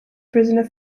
prisoner